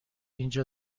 اینجا